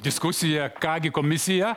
diskusija ką gi komisija